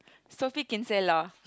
Sophie-Kinsella